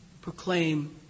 Proclaim